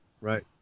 Right